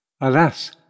Alas